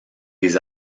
des